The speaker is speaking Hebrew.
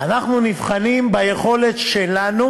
אנחנו נבחנים ביכולת שלנו